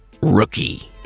Rookie